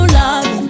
love